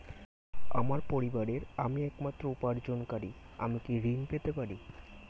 আমার পরিবারের আমি একমাত্র উপার্জনকারী আমি কি ঋণ পেতে পারি?